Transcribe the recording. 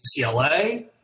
UCLA